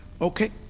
Okay